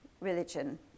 religion